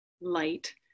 light